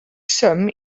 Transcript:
swm